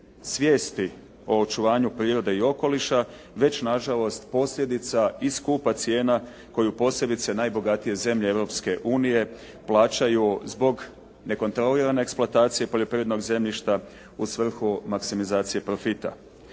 svijesti o očuvanju prirode i okoliša već nažalost posljedica i skupa cijena koju posebice najbogatije zemlje Europske unije plaćaju zbog nekontrolirane eksploatacije poljoprivrednog zemljišta u svrhu maksimizacije profita.